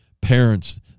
parents